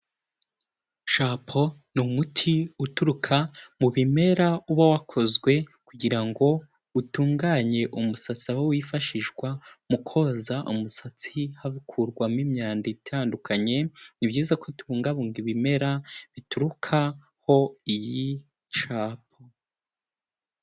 Shampo ni umuti uturuka mu bimera uba wakozwe kugirango ngo utunganye umusatsi aho wifashishwa mu koza umusatsi hakurwamo imyanda itandukanye, ni byiza kubungabunga ibimera biturukaho iyi shampo.